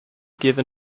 given